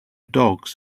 dogs